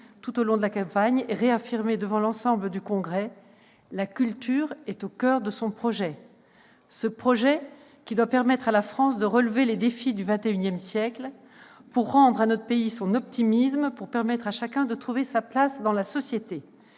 tout au long de sa campagne, et il l'a réaffirmé devant le Parlement réuni en Congrès : la culture est au coeur de son projet. Ce projet doit permettre à la France de relever les défis du XXI siècle pour rendre à notre pays son optimisme et pour que chacun puisse trouver sa place dans la société.